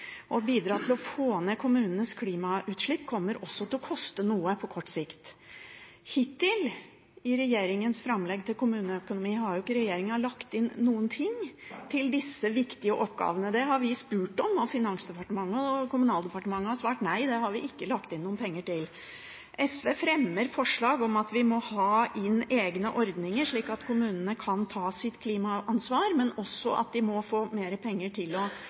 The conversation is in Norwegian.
å bidra til å få ned kommunenes klimautslipp kommer også til å koste noe på kort sikt. Hittil i regjeringens framlegg til kommuneøkonomi har ikke regjeringen lagt inn noen ting til disse viktige oppgavene. Det har vi spurt om, og Finansdepartementet og Kommunaldepartementet har svart nei, det har vi ikke lagt inn noen penger til. SV fremmer forslag om at vi må ha inn egne ordninger slik at kommunene kan ta sitt klimaansvar, men også at de må få mer penger til å